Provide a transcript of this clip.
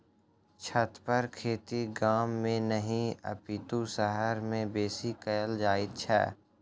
छतपर खेती गाम मे नहि अपितु शहर मे बेसी कयल जाइत छै